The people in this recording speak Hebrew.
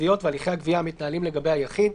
התביעות והליכי הגבייה המתנהלים לגבי היחיד,